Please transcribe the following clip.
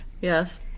Yes